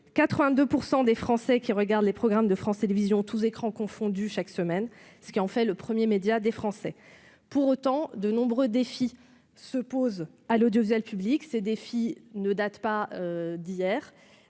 82 % des Français regardent les programmes de France Télévisions, tous écrans confondus, chaque semaine, ce qui en fait le premier média des Français. Pour autant, de nombreux défis se posent à l'audiovisuel public. Ils ne datent pas d'hier.